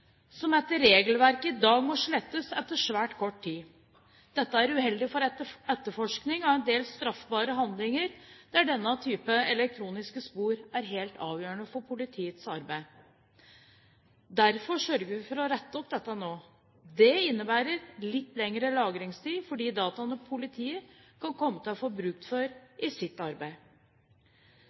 som etter regelverket i dag må slettes etter svært kort tid. Dette er uheldig for etterforskning av en del straffbare handlinger der denne type elektroniske spor er helt avgjørende for politiets arbeid. Derfor sørger vi for å rette opp dette nå. Det innebærer litt lengre lagringstid for de dataene politiet kan komme til å få bruk for i sitt arbeid.